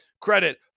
credit